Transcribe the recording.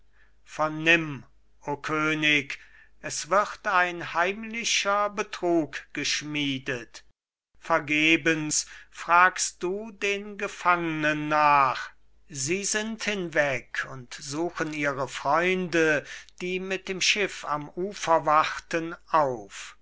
vernimm o könig es wird ein heimlicher betrug geschmiedet vergebens fragst du den gefangnen nach sie sind hinweg und suchen ihre freunde die mit dem schiff am ufer warten auf